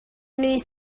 news